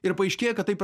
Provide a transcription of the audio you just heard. ir paaiškėja kad taip